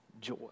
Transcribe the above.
joy